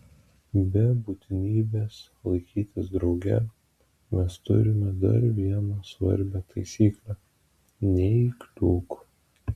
be būtinybės laikytis drauge mes turime dar vieną svarbią taisyklę neįkliūk